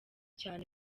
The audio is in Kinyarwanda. cyane